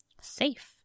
safe